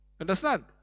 Understand